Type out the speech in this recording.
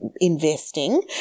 investing